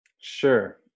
Sure